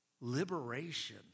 liberation